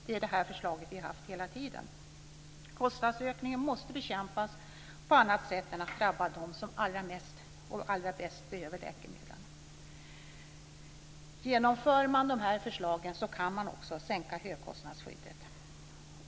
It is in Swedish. Det är det förslag som vi haft hela tiden. Kostnadsökningen måste bekämpas på annat sätt än att drabba dem som allra bäst behöver läkemedlen. Genomför man dessa förslag kan man sänka högkostnadsskyddet.